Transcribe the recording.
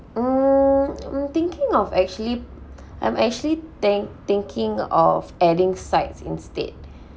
hmm I'm thinking of actually I'm actually think thinking of adding sides instead